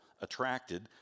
attracted